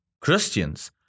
Christians